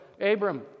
Abram